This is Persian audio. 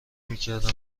میکردم